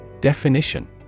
Definition